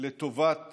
לטובת